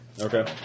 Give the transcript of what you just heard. Okay